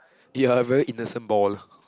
you're a very innocent ball